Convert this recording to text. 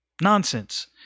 Nonsense